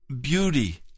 beauty